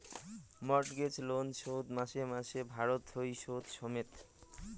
mortgage loan শোধ মাসে মাসে ভরতে হই শুধ সমেত